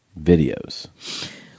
videos